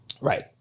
Right